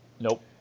Nope